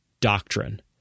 doctrine—